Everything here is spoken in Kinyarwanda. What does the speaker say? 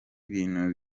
ibintu